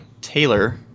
Taylor